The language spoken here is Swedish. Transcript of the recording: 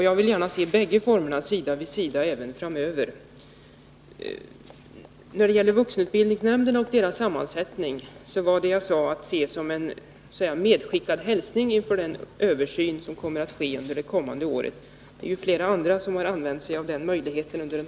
Jag vill gärna se dem sida vid sida även framöver. Det jag sade om vuxenutbildningsnämnderna och deras sammansättning är att se som en medskickad hälsning inför den översyn som skall ske under det kommande året — även flera andra har ju under debatten använt sig av den möjligheten.